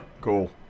Cool